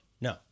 no